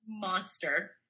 monster